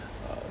uh